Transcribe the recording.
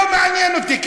לא מעניין אותי,